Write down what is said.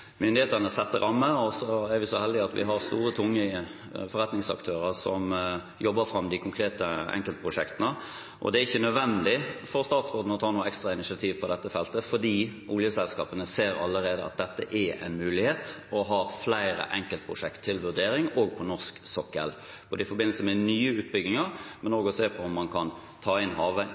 store, tunge forretningsaktører som jobber fram de konkrete enkeltprosjektene. Det er ikke nødvendig for statsråden å ta noe ekstra initiativ på dette feltet, for oljeselskapene ser allerede at det er en mulighet. De har flere enkeltprosjekt til vurdering, òg på norsk sokkel, i forbindelse med nye utbygginger, men ser også på om man kan ta inn